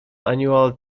annual